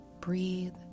breathe